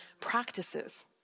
practices